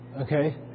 Okay